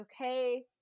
okay